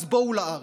אז בואו לארץ.